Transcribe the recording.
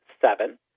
seven